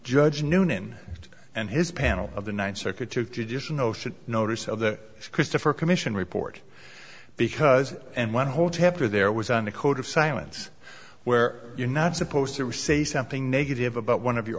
judge noonan and his panel of the ninth circuit to just an ocean notice of the christopher commission report because and one whole chapter there was on the code of silence where you're not supposed to or say something negative about one of your